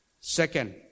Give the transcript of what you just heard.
Second